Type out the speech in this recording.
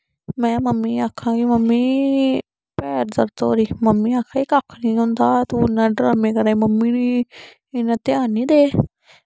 में मम्मी गी आक्खां की मम्मी पैर दर्द हो दी मम्मी आक्खे कक्ख निं होंदा तूं इ'यां ड्रामें करा दी मम्मी इन्ना ध्यान निं दे